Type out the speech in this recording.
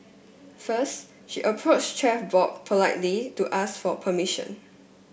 first she approached Chef Bob politely to ask for permission